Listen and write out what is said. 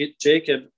Jacob